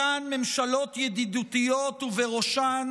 אותן ממשלות ידידותיות ובראשן